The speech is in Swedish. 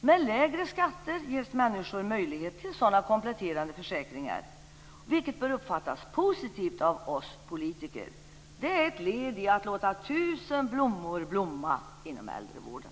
Med lägre skatter ges människor möjlighet till sådana kompletterande försäkringar, vilket bör uppfattas positivt av oss politiker. Det är ett led i att låta tusen blommor blomma inom äldrevården.